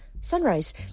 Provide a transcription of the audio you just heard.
Sunrise